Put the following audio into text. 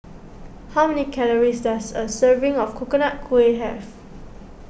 how many calories does a serving of Coconut Kuih have